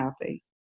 happy